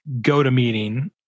GoToMeeting